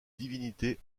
divinité